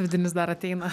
vidinis dar ateina